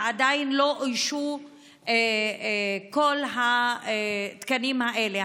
ועדיין לא אוישו כל התקנים האלה.